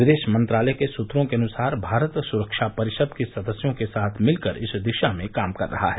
विदेश मंत्रालय के सूत्रों के अनुसार भारत सुरक्षा परिषद के सदस्यों के साथ मिलकर इस दिशा में काम कर रहा है